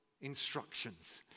instructions